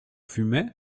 fumez